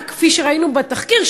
כפי שראינו בתחקיר,